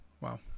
Wow